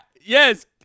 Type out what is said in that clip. Yes